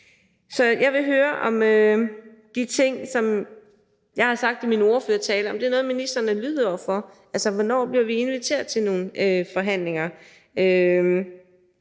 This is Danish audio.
Så jeg vil høre, om de ting, som jeg har sagt i min ordførertale, er noget, som ministeren er lydhør over for. Hvornår bliver vi inviteret til nogle forhandlinger,